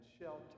shelter